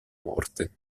morte